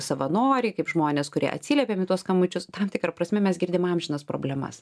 savanoriai kaip žmonės kurie atsiliepiam į tuos skambučius tam tikra prasme mes girdim amžinas problemas